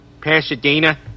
Pasadena